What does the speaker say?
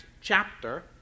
chapter